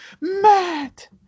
Matt